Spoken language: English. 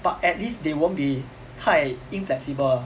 but at least they won't be 太 inflexible ah